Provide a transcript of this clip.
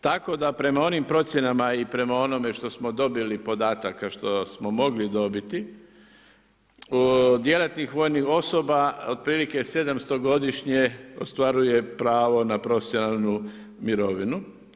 Tako da prema onim procjenama i prema onome što smo dobili podatak, a što smo mogli dobiti, djelatnik vojnih osoba, otprilike 700 godišnje, ostvaruje pravo na profesionalnu mirovinu.